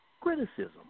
criticism